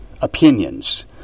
opinions